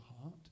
heart